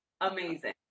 amazing